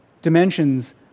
dimensions